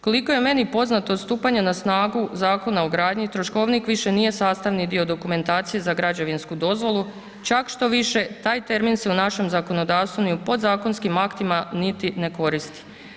Koliko je meni poznato, stupanje na snagu Zakona o gradnji, troškovnik više nije sastavni dio dokumentacije za građevinsku dozvolu, čak štoviše, taj termin se u našem zakonodavstvu ni u podzakonskim aktima niti ne koristi.